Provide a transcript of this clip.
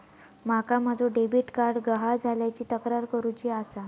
माका माझो debit card गहाळ झाल्याची तक्रार करुची आसा